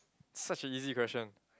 such a easy question